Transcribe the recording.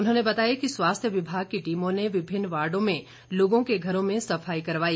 उन्होंने बताया कि स्वास्थ्य विभाग की टीमों ने विभिन्न वार्डो में लोगों के घरों में सफाई करवाई